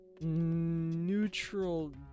Neutral